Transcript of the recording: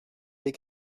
des